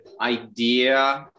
idea